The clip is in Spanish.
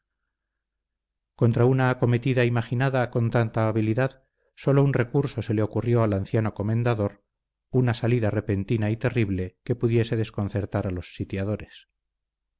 contra una acometida imaginada con tanta habilidad sólo un recurso se le ocurrió al anciano comendador una salida repentina y terrible que pudiese desconcertar a los sitiadores